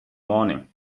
morning